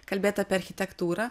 kalbėt apie architektūrą